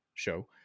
Show